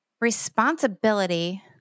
responsibility